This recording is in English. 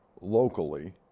locally